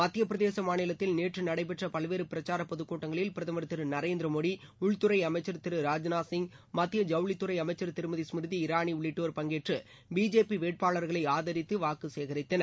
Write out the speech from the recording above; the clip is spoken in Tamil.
மத்திய பிரதேச மாநிலத்தில் நேற்று நடைபெற்ற பல்வேறு பிரச்சார பொதுக் கூட்டங்களில் பிரதமர் திரு நரேந்திர மோடி உள்துறை அமைச்சர் திரு ராஜ்நாத் சிங் மத்திய ஜவுளித்துறை அமைச்சர் திருமதி ஸ்மிருதி இரானி உள்ளிட்டோர் பங்கேற்று பிஜேபி வேட்பாளர்களை ஆதரித்து வாக்கு சேகரித்தனர்